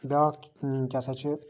بیاکھ کیاہ سا چھ